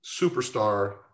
superstar